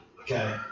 Okay